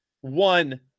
one